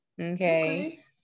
Okay